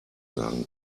sagen